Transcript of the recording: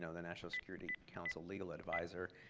so the national security council legal advisor,